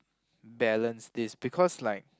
balance this because like